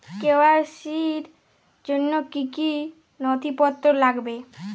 KYC র জন্য কি কি নথিপত্র লাগবে?